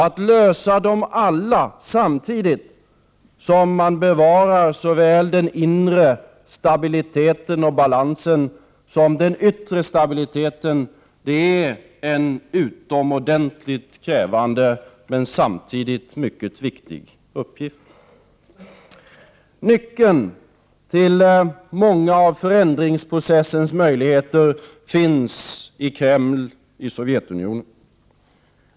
Att lösa dem alla samtidigt som man bevarar såväl den inre balansen som den yttre stabiliteten är en utomordentligt krävande och viktig uppgift. Nyckeln till många av förändringsprocessens möjligheter finns i Kreml i Sovjetunionen.